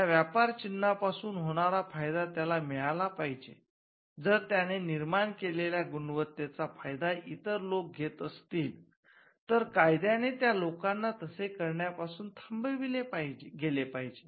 या व्यापार चिन्हापासून होणारा फायदा त्यांना मिळाला पहिजे जर त्याने निर्माण केलेल्या गुणवत्तेचा फायदा इतर लोकं घेत असतील तर कायद्याने त्या लोकांना तसे करण्या पासून थांबविले गेले पाहिजे